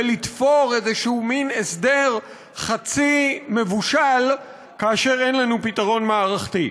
ולתפור איזה מין הסדר חצי מבושל כאשר אין לנו פתרון מערכתי.